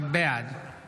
בעד